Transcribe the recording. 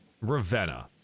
Ravenna